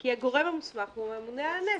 כי הגורם המוסמך הוא הממונה על הנפט.